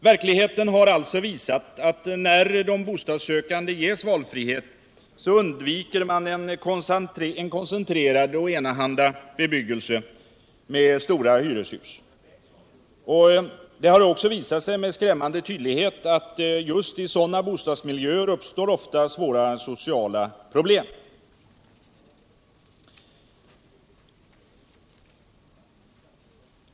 Verkligheten har alltså visat att när de bostadssökande ges valfrihet undviker de den koncentrerade enahanda bostadsbebyggelsen med stora hyreshus. Det har också visat sig med skrämmande tydlighet att just i sådana bostadsmiljöer uppstår ofta svåra sociala problem.